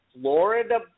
Florida